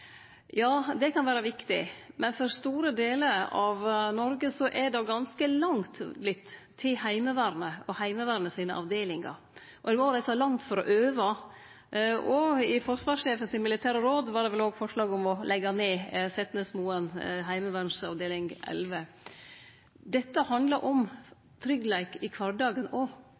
Ja, det kan vere viktig, men for store delar av Noreg er det vorte ganske langt til Heimevernet og Heimevernets avdelingar – og også langt for å øve. I dei militærfaglege råda frå forsvarssjefen var det vel òg forslag om å leggje ned Setnesmoen, heimevernsdistrikt 11. Dette handlar òg om tryggleik i kvardagen.